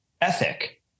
ethic